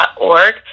org